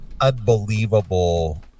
unbelievable